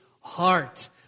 heart